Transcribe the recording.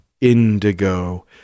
indigo